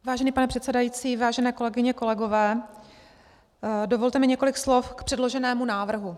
Vážený pane předsedající, vážené kolegyně, kolegové, dovolte mi několik slov k předloženému návrhu.